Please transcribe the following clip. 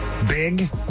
Big